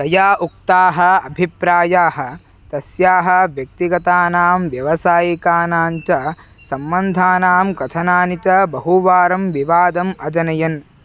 तया उक्ताः अभिप्रायाः तस्याः व्यक्तिगतानां व्यवसायिकानां च सम्बन्धानां कथनानि च बहुवारं विवादम् अजनयन्